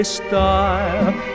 style